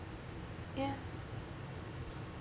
ya